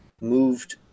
moved